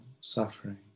suffering